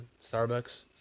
Starbucks